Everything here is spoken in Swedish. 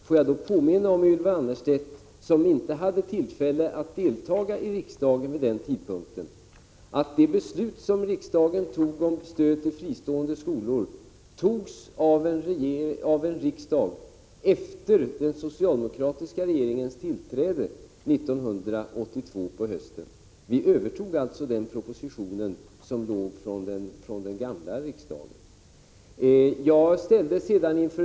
Får jag då påminna Ylva Annerstedt, som inte hade tillfälle att delta i riksdagen vid den tidpunkten, att riksdagens beslut om stöd till fristående skolor fattades efter den socialdemokratiska regeringens tillträde Prot. 1985/86:132 1982 på hösten. Vi övertog alltså en proposition som låg kvar från den gamla 30 april 1986 riksdagen.